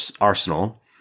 Arsenal